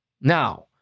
Now